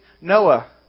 Noah